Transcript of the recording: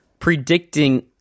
predicting